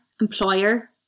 employer